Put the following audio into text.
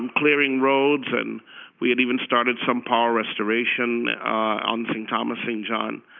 and clearing roads, and we had even started some power restoration on st. thomas, st. john.